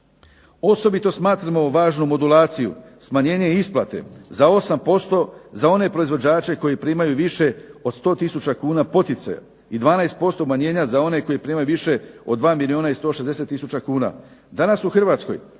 Osobito smatramo važnu modulaciju smanjenje isplate za 8% za one proizvođače koji primaju više od 100 000 kuna poticaja i 12% umanjenja za one koji primaju više od 2 milijuna i 160000 kuna. Danas u Hrvatskoj